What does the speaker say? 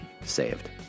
saved